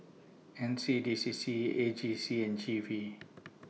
N C D C C A G C and G V